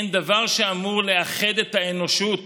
אין דבר שאמור לאחד את האנושות